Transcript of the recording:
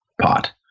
pot